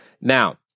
Now